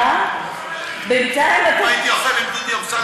מה היית עושה אם דודי אמסלם,